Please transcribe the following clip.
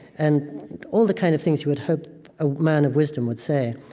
and all the kind of things you would hope a man of wisdom would say.